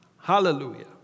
Hallelujah